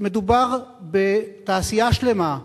מדובר בתעשייה שלמה,